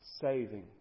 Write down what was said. Saving